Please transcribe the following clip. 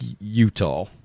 Utah